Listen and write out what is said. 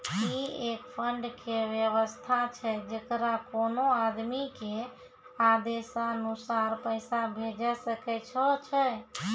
ई एक फंड के वयवस्था छै जैकरा कोनो आदमी के आदेशानुसार पैसा भेजै सकै छौ छै?